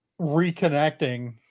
reconnecting